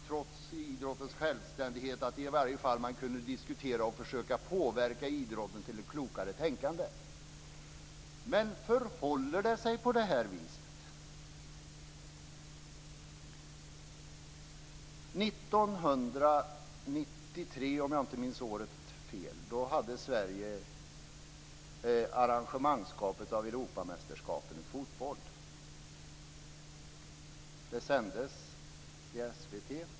Trots idrottens självständighet skulle man i så fall kunna diskutera och försöka påverka idrotten till ett klokare tänkande. Men förhåller det sig på det viset? År 1993 - om jag inte minns årtalet fel - arrangerade Sverige Europamästerskapen i fotboll. Det sändes i SVT.